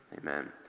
Amen